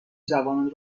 جوانان